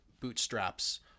bootstraps